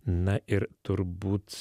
na ir turbūt